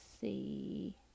see